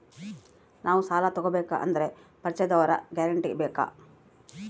ನಾವು ಸಾಲ ತೋಗಬೇಕು ಅಂದರೆ ಪರಿಚಯದವರ ಗ್ಯಾರಂಟಿ ಬೇಕಾ?